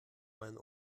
mein